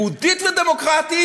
יהודית ודמוקרטית?